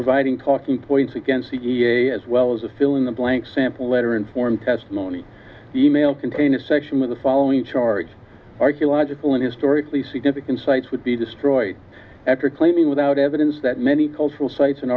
providing talking points again cea as well as a fill in the blank sample letter in form testimony e mail contain a section with the following charge archaeological an historically significant sites would be destroyed after claiming without evidence that many cultural sites and